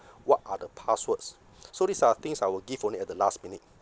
what are the passwords so these are things I will give only at the last minute